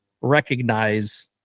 recognize